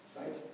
Right